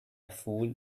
fool